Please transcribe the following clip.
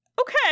Okay